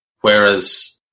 Whereas